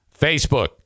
Facebook